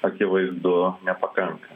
akivaizdu nepakanka